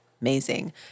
Amazing